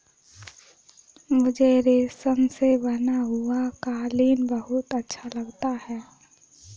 मुझे रेशम से बना हुआ कालीन बहुत अच्छा लगता है